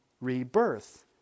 rebirth